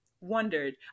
wondered